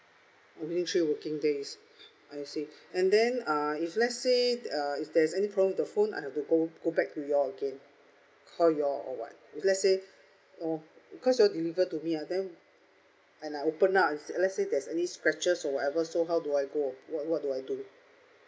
within three working days I see and then uh if let's say uh if there's any problem with the phone I have to go go back to you all again call you all or what if let's say uh because you all deliver to me uh then and I open up and see let's say there's any scratches or whatever so how do I go what what do I do